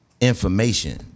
information